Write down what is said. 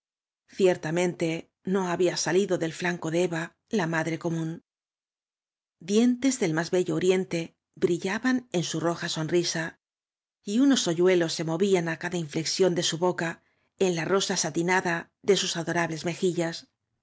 ciertamente no había salido del ñanco do eva la madre común dlonte del más bello oriente brillaban co su roja sonrisa y unos hoyuelos se movían á cada inñexión de su boca en laroaasitinadade sus adorables mejillas